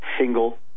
single